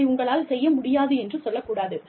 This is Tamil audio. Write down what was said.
இதை உங்களால் செய்ய முடியாது என்று சொல்லக் கூடாது